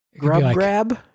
Grubgrab